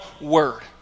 word